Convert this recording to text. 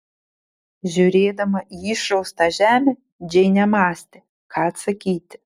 žiūrėdama į išraustą žemę džeinė mąstė ką atsakyti